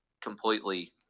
completely